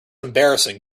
embarrassing